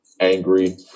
angry